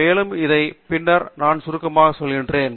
மேலும் இதை பின்னர் நான் சுருக்கமாகச் சொல்கிறேன்